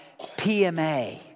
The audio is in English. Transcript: PMA